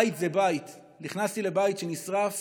בית זה בית, נכנסתי לבית שנשרף